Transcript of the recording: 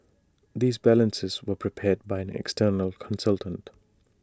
these balances were prepared by an external consultant